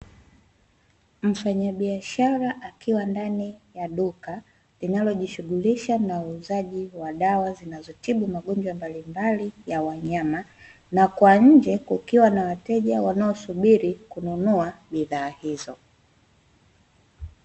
Mfanyabiashara akiwa ndani ya duka linalojishughulisha na uuzaji wa dawa zinazotibu magonjwa mbalimbali ya wanyama, na kwa nje kukiwa na wateja wanaosubiri kununua bidhaa hizo.